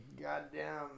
goddamn